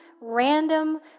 random